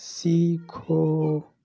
سیکھو